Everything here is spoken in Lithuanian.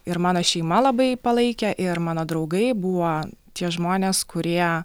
ir mano šeima labai palaikė ir mano draugai buvo tie žmonės kurie